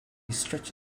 stretch